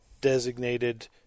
designated